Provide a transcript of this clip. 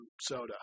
soda